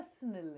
personally